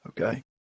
okay